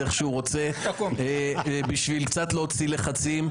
איך שהוא רוצה בשביל להוציא קצת לחצים.